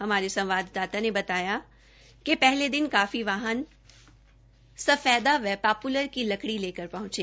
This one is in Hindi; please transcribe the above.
हमारे संवाददाता ने बताया कि पहले दिन काफी वाहन सफेदा व पापुलर की लकड़ी लेकर पहुंचे